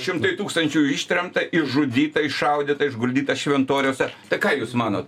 šimtai tūkstančių ištremta išžudyta iššaudyta išguldyta šventoriuose tai ką jūs manot